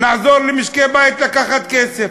נעזור למשקי בית לקחת כסף.